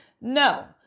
No